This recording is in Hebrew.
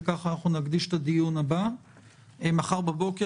לכך נקדיש את הדיון הבא מחר בבוקר.